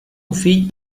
fill